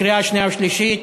עברה בקריאה שנייה ושלישית.